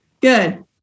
Good